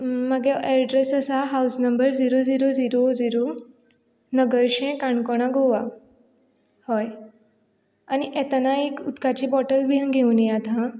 म्हगे एड्रेस आसा हावज number zero zero zero zero नगर्शें काणकोणा गोवा हय आनी येतना एक उदकाची बोटल बीन घेवन येयात हां